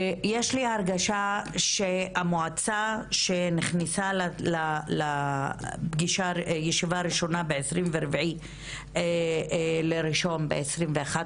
יש לי הרגשה שהמועצה שנכנסה לישיבה הראשונה ב-24 בינואר 2021,